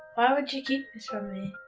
why would you keep this from me?